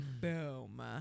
boom